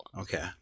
Okay